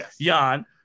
Jan